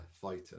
fighter